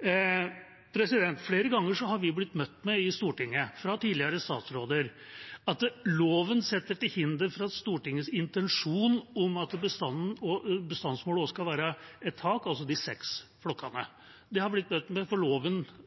Flere ganger har vi blitt møtt med i Stortinget fra tidligere statsråder at loven setter et hinder for Stortingets intensjon om at bestandsmålet også skal være et tak, altså de seks flokkene. Det har blitt møtt med